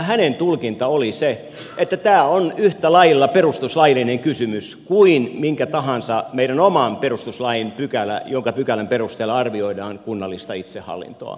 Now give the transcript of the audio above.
hänen tulkintansa oli se että tämä on yhtä lailla perustuslaillinen kysymys kuin minkä tahansa meidän oman perustuslain pykälä jonka perusteella arvioidaan kunnallista itsehallintoa